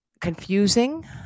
confusing